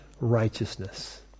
righteousness